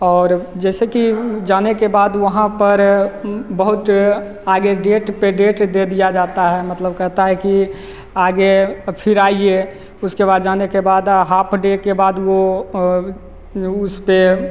और जैसे कि जाने के बाद वहाँ पर बहुत आगे डेट पर डेट दे दिया जाता है मतलब कहता है कि आगे फिर आइए उसके बाद जाने के बाद हाफ़ डे के बाद वह उसे पर